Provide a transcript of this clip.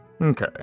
Okay